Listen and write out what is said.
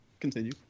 continue